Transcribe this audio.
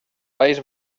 país